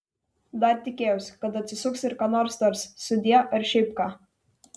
dar tikėjausi kad atsisuks ir ką nors tars sudie ar šiaip ką